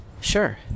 Sure